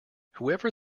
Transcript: whoever